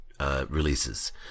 releases